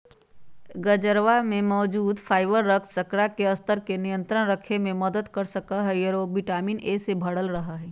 गजरवा में मौजूद फाइबर रक्त शर्करा के स्तर के नियंत्रण रखे में मदद कर सका हई और उ विटामिन ए से भरल रहा हई